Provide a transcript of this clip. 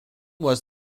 was